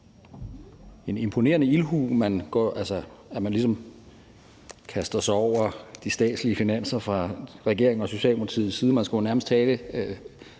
en imponerende ildhu, man ligesom kaster sig over de statslige finanser fra regeringens og Socialdemokratiets side.